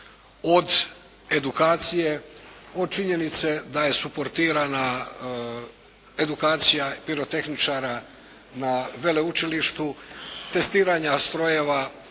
Od edukacije, od činjenice da je suportirana edukacija pirotehničara na veleučilištu, testiranja strojeva,